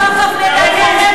סוף-סוף נדע,